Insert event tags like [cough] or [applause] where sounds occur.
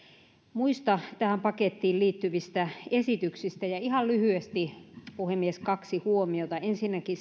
muista tähän pakettiin liittyvistä esityksistä ihan lyhyesti puhemies kaksi huomiota ensinnäkin [unintelligible]